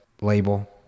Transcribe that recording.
label